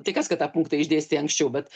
tai kas kad tą punktą išdėstei anksčiau bet